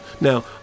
Now